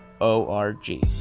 O-R-G